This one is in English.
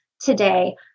today